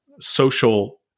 social